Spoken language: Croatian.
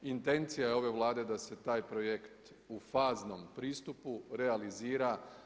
Intencija je ove Vlade da se taj projekt u faznom pristupu realizira.